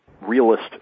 realist